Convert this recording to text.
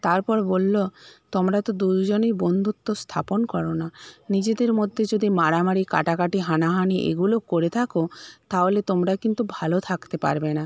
তারপর বলল তোমরা তো দুজনই বন্ধুত্ব স্থাপন কর না নিজেদের মধ্যে যদি মারামারি কাটাকাটি হানাহানি এগুলো করে থাকো তাহলে তোমরা কিন্তু ভালো থাকতে পারবে না